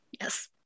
yes